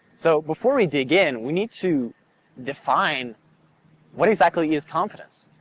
so before we dig in, we need to define what exactly is confidence.